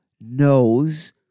knows